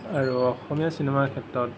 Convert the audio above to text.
আৰু অসমীয়া চিনেমাৰ ক্ষেত্ৰত